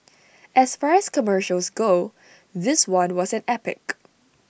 as far as commercials go this one was an epic